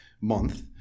month